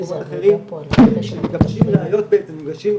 שמתגבשים ראיות בעצם,